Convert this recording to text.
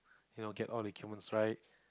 you know get all the equipments right